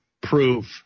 proof